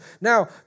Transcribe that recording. now